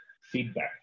feedback